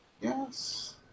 Yes